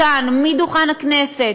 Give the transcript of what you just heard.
מדוכן הכנסת,